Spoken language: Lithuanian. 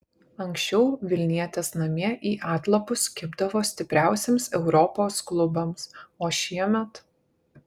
anksčiau vilnietės namie į atlapus kibdavo stipriausiems europos klubams o šiemet